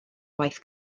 waith